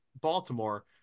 Baltimore